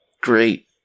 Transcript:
Great